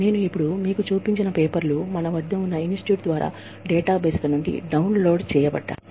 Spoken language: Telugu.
నేను ఇపుడు మీకు చూపించిన పేపర్లు మన వద్ద ఉన్న సంస్థ ద్వారా డేటాబేస్ల నుండి డౌన్లోడ్ చేయబడ్డాయి